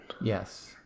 Yes